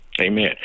Amen